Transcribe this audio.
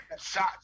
shots